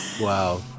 Wow